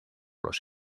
los